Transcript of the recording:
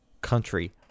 country